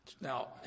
Now